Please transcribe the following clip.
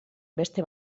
beste